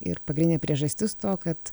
ir pagrindinė priežastis to kad